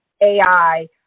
AI